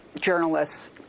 journalists